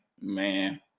man